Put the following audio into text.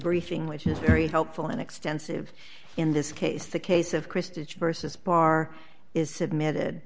briefing which is very helpful and extensive in this case the case of christie versus barr is submitted